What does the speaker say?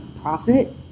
profit